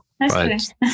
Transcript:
right